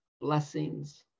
blessings